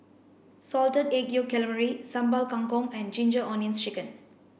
salted egg yolk calamari Sambal Kangkong and ginger onions chicken